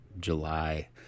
July